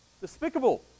despicable